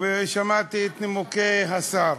אדוני חבר הכנסת עיסאווי פריג', שלוש דקות.